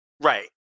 Right